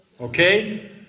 Okay